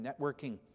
networking